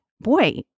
boy